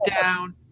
down